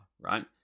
right